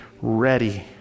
ready